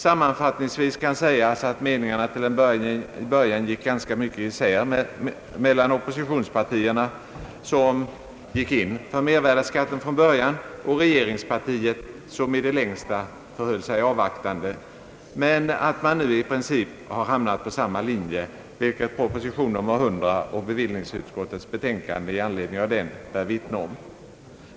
Sammanfattningsvis kan sägas, att meningarna till en början gick ganska långt isär mellan oppositionspartierna, som gick in för mervärdeskatten, och regeringspartiet, som i det längsta förhöll sig avvaktande. Nu har man emellertid i princip hamnat på samma linje, vilket proposition nr 100 och bevillningsutskottets betänkande i anledning av den bär vittnesmål om.